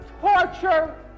torture